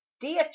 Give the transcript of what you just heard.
dear